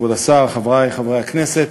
כבוד השר, חברי חברי הכנסת,